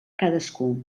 cadascú